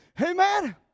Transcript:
Amen